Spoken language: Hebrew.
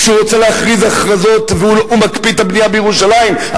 כשהוא רוצה להכריז הכרזות ומקפיא את הבנייה בירושלים,